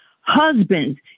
husbands